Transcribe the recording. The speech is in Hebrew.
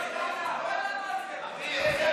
אביר,